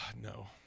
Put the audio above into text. No